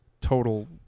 total